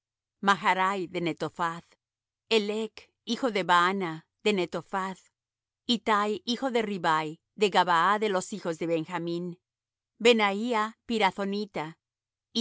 maharai de netophath helec hijo de baana de netophath ittai hijo de ribai de gabaa de los hijos de benjamín benaía pirathonita